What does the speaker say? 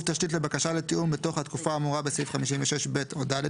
תשתית לבקשה לתיאום בתוך התקופה האמורה בסעיף 56(ב) או (ד),